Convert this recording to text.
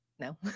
No